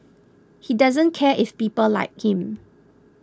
he doesn't care if people like him